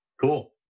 cool